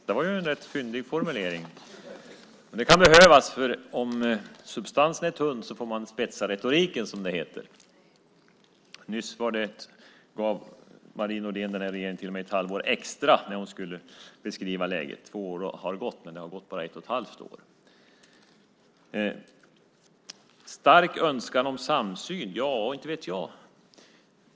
Fru talman! Det där var en rätt fyndig formulering. Det kan behövas. Om substansen är tunn får man spetsa retoriken, som det heter. Nyss gav Marie Nordén regeringen till och med ett halvår extra när hon skulle beskriva läget med att två år har gått. Men det har bara gått ett och ett halvt år. Stark önskan om samsyn - ja, inte vet jag.